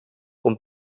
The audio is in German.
und